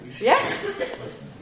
Yes